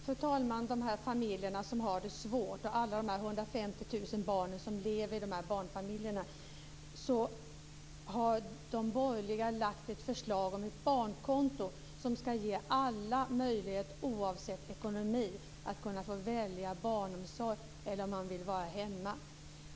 Fru talman! När det gäller de familjer som har det svårt och alla de 150 000 barn som lever i de familjerna så har de borgerliga lagt fram ett förslag om ett barnkonto som ska ge alla, oavsett ekonomi, möjlighet att välja barnomsorg eller om man vill vara hemma.